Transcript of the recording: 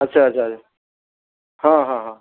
ଆଚ୍ଛା ଆଚ୍ଛା ହଁ ହଁ ହଁ